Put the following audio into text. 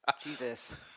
Jesus